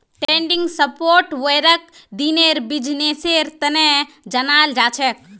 trending सॉफ्टवेयरक दिनेर बिजनेसेर तने जनाल जाछेक